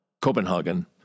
Copenhagen